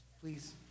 please